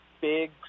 big